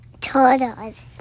turtles